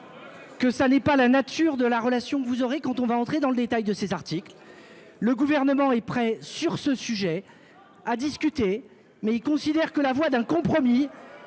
Que ça n'est pas la nature de la relation vous aurez quand on va entrer dans le détail de ces articles, le gouvernement est prêt sur ce sujet à discuter mais il considère que la voie d'un compromis